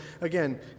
again